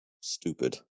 stupid